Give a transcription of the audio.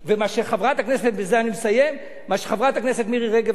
מה שחברת הכנסת מירי רגב אמרה,